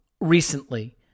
recently